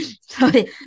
sorry